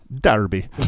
Derby